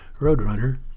Roadrunner